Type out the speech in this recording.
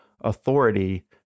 authority